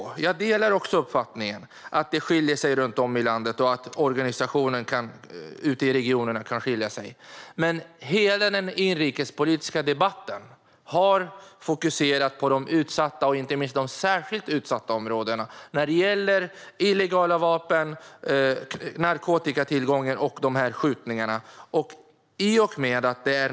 Jag delar också uppfattningen att det skiljer sig runt om i landet och att organisationen i regionerna kan skilja sig åt. Men hela den inrikespolitiska debatten har fokuserat på de utsatta och, inte minst, särskilt utsatta områdena vad gäller illegala vapen, narkotikatillgång och skjutningar.